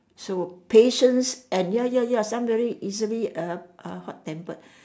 so patience and ya ya ya some very easily uh are hot tempered